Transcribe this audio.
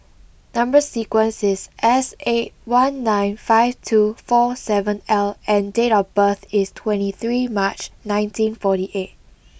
number sequence is S eight one nine five two four seven L and date of birth is twenty three March nineteen forty eight